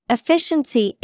Efficiency